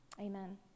Amen